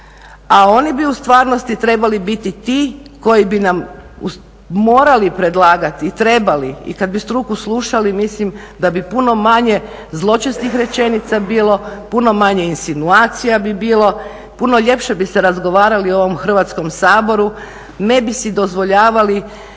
a oni bi u stvarnosti trebali biti ti koji bi nam morali predlagati i trebali. I kad bi struku slušali mislim da bi puno manje zločestih rečenica bilo, puno manje insinuacija bi bilo, puno ljepše bi se razgovarali u ovom Hrvatskom saboru, ne bih si dozvoljavali